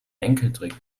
enkeltrick